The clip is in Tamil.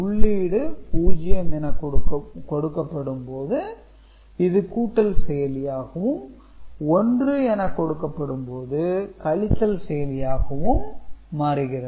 உள்ளீடு 0 என கொடுக்கப்படும் போது இது கூட்டல் செயலியாகவும் 1 என கொடுக்கப்படும் போது கழித்தல் செயலியாகவும் மாறுகிறது